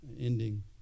ending